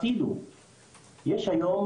יש היום